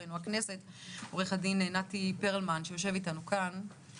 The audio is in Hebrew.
עבורנו עורך הדין נתי פרלמן ממחלקת המחקר של המחלקה המשפטית בכנסת.